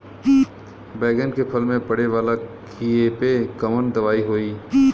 बैगन के फल में पड़े वाला कियेपे कवन दवाई होई?